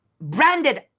branded